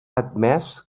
admès